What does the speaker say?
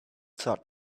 thought